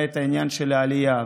והעניין של העלייה,